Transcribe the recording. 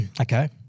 Okay